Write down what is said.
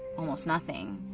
almost nothing.